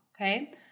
Okay